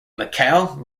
mikhail